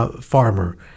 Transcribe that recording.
farmer